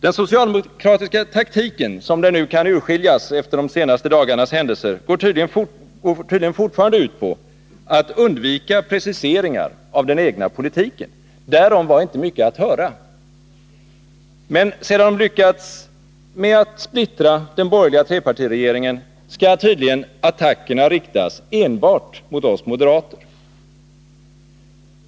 Den socialdemokratiska taktiken, som den nu kan urskiljas efter de senaste dagarnas händelser, går tydligen fortfarande ut på att undvika preciseringar av den egna politiken. Därom var inte mycket att höra. Men sedan man lyckats med att splittra den borgerliga trepartiregeringen skall tydligen attackerna riktas enbart mot oss moderater.